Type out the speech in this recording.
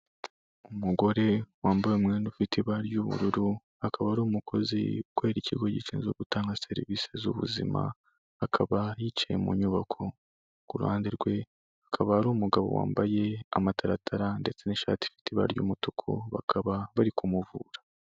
Umugore wambaye umwenda ufite ibara ry'ubururu, akaba ari umukozi ukorera ikigo gishinzwe gutanga serivise z'ubuzima, akaba yicaye mu nyubako, ku ruhande rwe akaba ari umugabo wambaye amataratara ndetse n'ishati ifite ibara ry'umutuku, bakaba bari kumuvura.